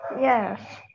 Yes